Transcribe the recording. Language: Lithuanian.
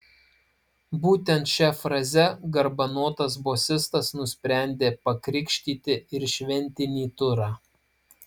būtent šia fraze garbanotas bosistas nusprendė pakrikštyti ir šventinį turą